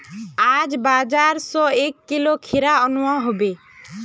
आज बाजार स एक किलो खीरा अनवा हबे